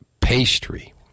pastry